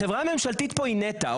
החברה הממשלתית פה היא נת"ע,